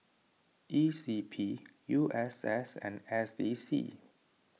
E C P U S S and S D C